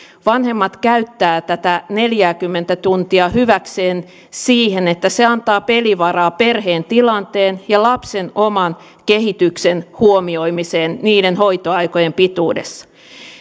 vanhemmat käyttävät tätä neljääkymmentä tuntia hyväkseen siihen että se antaa pelivaraa perheen tilanteen ja lapsen oman kehityksen huomioimiseen hoitoaikojen pituudessa